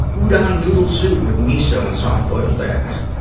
udon noodle soup with miso and soft-boiled eggs.